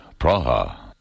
Praha